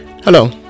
Hello